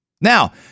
Now